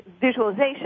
visualization